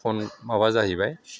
phone माबा जाहैबाय